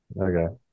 Okay